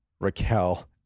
Raquel